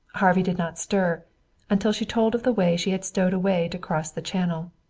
harvey did not stir until she told of the way she had stowed away to cross the channel.